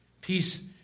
Peace